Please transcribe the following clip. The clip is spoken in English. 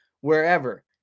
wherever